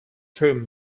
through